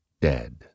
dead